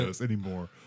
anymore